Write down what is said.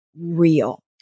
real